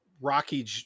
Rocky